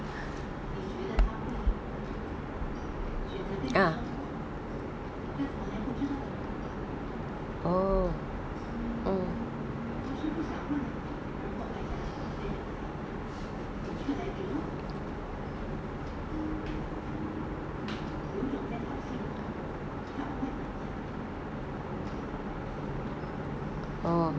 ah oh mm oh